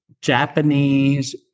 Japanese